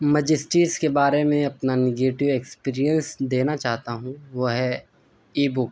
میں جس چیز کے بارے میں اپنا نگیٹو ایکسپیرئنس دینا چاہتا ہوں وہ ہے ای بک